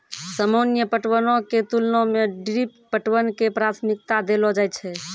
सामान्य पटवनो के तुलना मे ड्रिप पटवन के प्राथमिकता देलो जाय छै